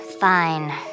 Fine